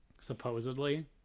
Supposedly